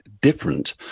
different